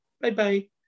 Bye-bye